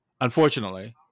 unfortunately